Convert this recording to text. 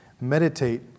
meditate